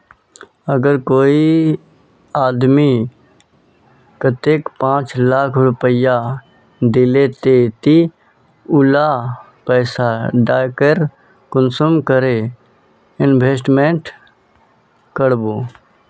अगर कोई आदमी कतेक पाँच लाख रुपया दिले ते ती उला पैसा डायरक कुंसम करे इन्वेस्टमेंट करबो?